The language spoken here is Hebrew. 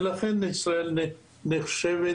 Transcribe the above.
ולכן ישראל נחשבת.